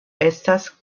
estas